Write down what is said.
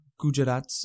Gujarat